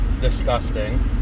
disgusting